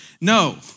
No